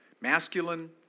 masculine